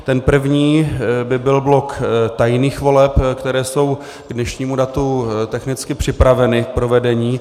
Ten první by byl blok tajných voleb, které jsou k dnešnímu datu technicky připraveny k provedení.